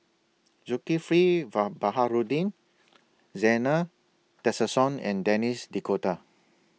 Zulkifli Baharudin Zena Tessensohn and Denis D'Cotta